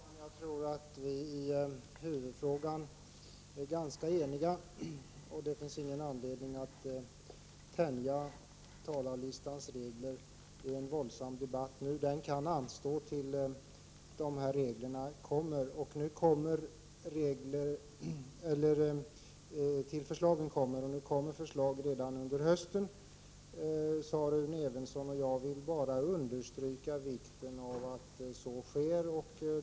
Herr talman! Jag tror att vi i huvudfrågan är ganska eniga, och det finns inte någon anledning att tänja debattreglerna i en våldsam debatt i dag — den kan anstå tills förslagen kommer. Rune Evensson sade att förslag kommer redan under hösten, och jag vill bara understryka vikten av att så sker.